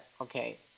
okay